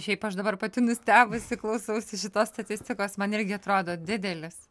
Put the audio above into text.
šiaip aš dabar pati nustebusi klausausi tos statistikos man irgi atrodo didelis